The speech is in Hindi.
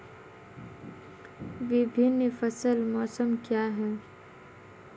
विभिन्न फसल मौसम क्या हैं?